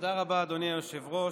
תודה רבה, אדוני היושב-ראש.